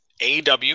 AW